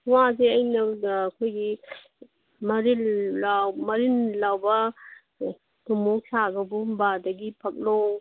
ꯋꯥꯁꯦ ꯑꯩꯅ ꯑꯩꯈꯣꯏꯒꯤ ꯃꯔꯤꯜ ꯃꯔꯤꯜ ꯂꯥꯎꯕ ꯊꯨꯃꯣꯛ ꯁꯥꯕꯒꯨꯝꯕ ꯑꯗꯒꯤ ꯐꯛꯂꯣꯡ